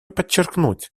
подчеркнуть